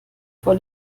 vor